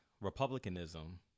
Republicanism